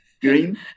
green